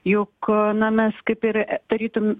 juk na mes kaip ir tarytum